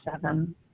seven